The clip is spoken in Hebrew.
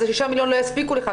אז 6 מיליון לא יספיקו לך.